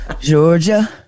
Georgia